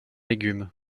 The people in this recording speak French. légumes